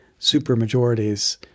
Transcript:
supermajorities